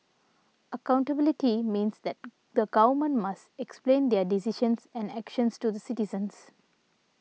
accountability means that the Government must explain their decisions and actions to the citizens